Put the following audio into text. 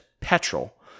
petrol